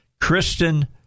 Kristen